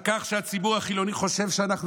על כך שהציבור החילוני חושב שאנחנו